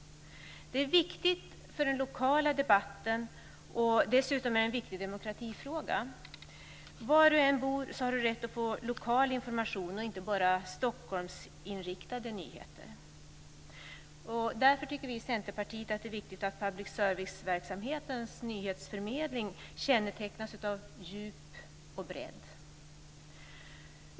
Det är viktigt för den lokala debatten, och dessutom är det en viktig demokratifråga. Var du än bor har du rätt att få lokal information och inte bara Stockholmsinriktade nyheter. Därför tycker vi i Centerpartiet att det är viktigt att public serviceverksamhetens nyhetsförmedling kännetecknas av djup och bredd.